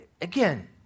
again